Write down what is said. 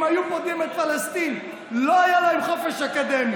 אם היו פודים את פלסטין, לא היה לכם חופש אקדמי,